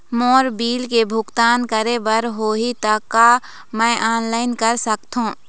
मोर bill के भुगतान करे बर होही ता का मैं ऑनलाइन कर सकथों?